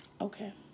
Okay